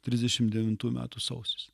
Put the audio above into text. trisdešiomt devintų metų sausis